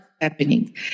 happening